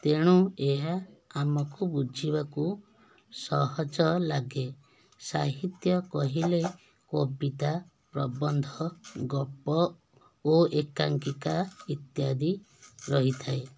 ତେଣୁ ଏହା ଆମକୁ ବୁଝିବାକୁ ସହଜ ଲାଗେ ସାହିତ୍ୟ କହିଲେ କବିତା ପ୍ରବନ୍ଧ ଗପ ଓ ଏକାଙ୍କିକା ଇତ୍ୟାଦି ରହିଥାଏ